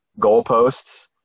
goalposts